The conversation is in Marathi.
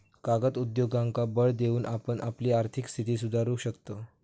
कागद उद्योगांका बळ देऊन आपण आपली आर्थिक स्थिती सुधारू शकताव